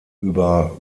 über